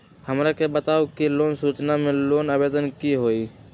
हमरा के बताव कि लोन सूचना और लोन आवेदन की होई?